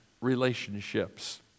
relationships